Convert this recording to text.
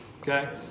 Okay